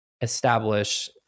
establish